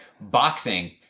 boxing